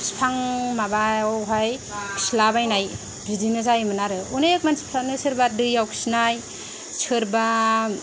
बिफां माबायावहाय खिला बायनाय बिदिनो जायोमोन आरो अनेख मानसिफ्रानो सोरबा दैयाव खिनाय सोरबा